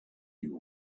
you